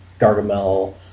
Gargamel